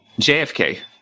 JFK